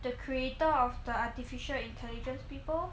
the creator of the artificial intelligence people